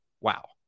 wow